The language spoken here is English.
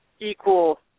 equal